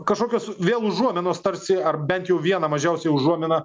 kažkokios vėl užuominos tarsi ar bent jau vieną mažiausiai užuominą